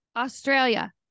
Australia